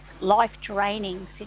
life-draining